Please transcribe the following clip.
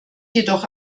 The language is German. jedoch